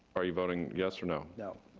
are you voting yes or no? no.